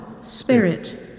Spirit